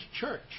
church